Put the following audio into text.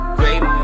great